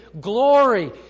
glory